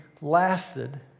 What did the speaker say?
lasted